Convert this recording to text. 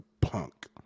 punk